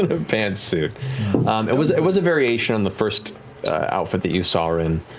and pantsuit. it was it was a variation on the first outfit that you saw her in.